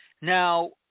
Now